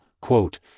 quote